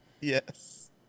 Yes